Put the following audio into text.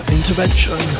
Intervention